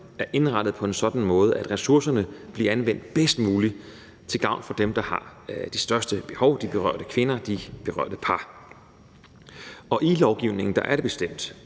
er indrettet på en sådan måde, at ressourcerne bliver anvendt bedst muligt til gavn for dem, der har det største behov – de berørte kvinder og de berørte par. Og i lovgivningen er det bestemt,